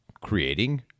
creating